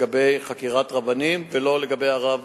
לא לגבי חקירת רבנים ולא לגבי הרב